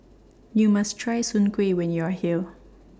YOU must Try Soon Kueh when YOU Are here